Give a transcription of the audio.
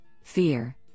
fear